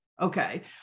Okay